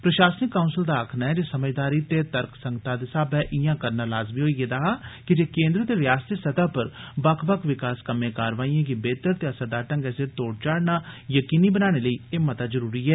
प्रशासनिक काउंसल दा आक्खना ऐ जे समझदारी ते तर्कसंगता दे साब्बै इया करना लाजमी होई गेदा हा कीजे केंद्र ते रियासती सतह पर बक्ख बक्ख विकास कम्मे कारवाईयें गी बेहतर ते असरदार ढंगै सिर तोड़ चाढ़ना यकीनी बनाने लेई एह् मता जरूरी ऐ